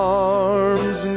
arms